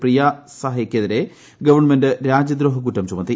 പ്രിയാ സാഹയ്ക്കെതിരെ ഗവൺമെന്റ് രാജ്യദ്രോഹ കുറ്റം ചുമത്തി